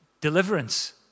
deliverance